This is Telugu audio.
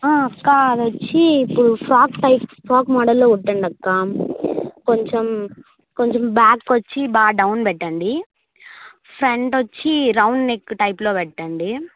అక్క అది వచ్చి ఇప్పుడు ఫ్రాక్ టైప్ ఫ్రాక్ మోడల్లో కుట్టండి అక్క కొంచెం కొంచెం బ్యాక్ వచ్చి బాగా డౌన్ పెట్టండి ఫ్రంట్ వచ్చి రౌండ్ నెక్ టైప్లో పెట్టండి